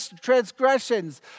transgressions